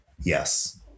Yes